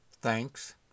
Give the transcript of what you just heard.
Thanks